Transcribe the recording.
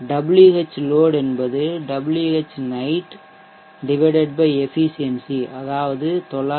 Whload என்பது Whnightefficiency அதாவது 914